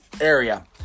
area